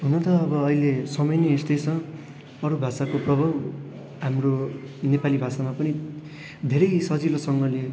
हुनु त अब अहिले समय नै यस्तै छ अरू भाषाको प्रभाव हाम्रो नेपाली भाषामा पनि धेरै सजिलोसँगले